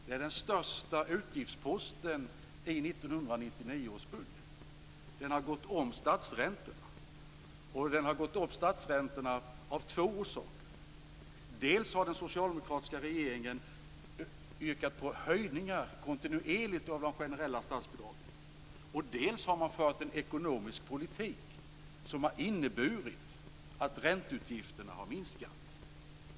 Det är den största utgiftsposten i 1999 års budget. Den har gått om statsskuldräntorna, av två orsaker. Dels har den socialdemokratiska regeringen yrkat på kontinuerliga höjningar av de generella statsbidragen, dels har man fört en ekonomisk politik som har inneburit att ränteutgifterna har minskat.